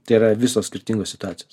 tai yra visos skirtingos situacijos